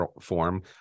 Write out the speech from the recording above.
form